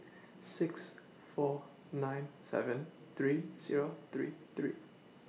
six four nine seven three Zero three three